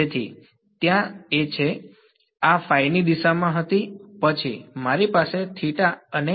તેથી ત્યાં છે આ ફાઈ દિશામાં હતી પછી મારી પાસે અને છે